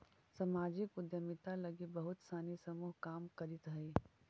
सामाजिक उद्यमिता लगी बहुत सानी समूह काम करित हई